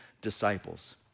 disciples